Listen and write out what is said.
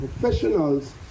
professionals